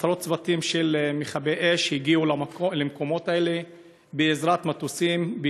עשרות צוותים של מכבי אש הגיעו למקומות האלה בעזרת מטוסים,